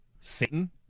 Satan